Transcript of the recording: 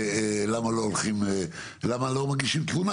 למה לא מגישים תלונה?